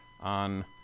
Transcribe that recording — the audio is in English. on